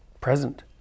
present